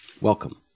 welcome